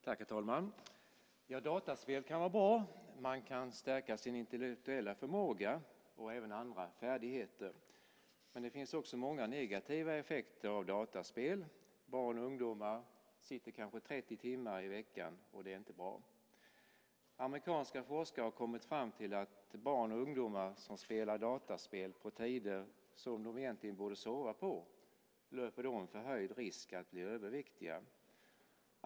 Herr talman! Datorspel kan vara bra. Man kan stärka sin intellektuella förmåga och även andra färdigheter. Men det finns också många negativa effekter av datorspel. Barn och ungdomar sitter kanske 30 timmar per vecka med datorspel, och det är inte bra. Amerikanska forskare har kommit fram till att barn och ungdomar som spelar datorspel på tider då de egentligen borde sova löper en förhöjd risk att bli överviktiga.